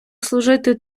служити